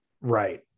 Right